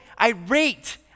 irate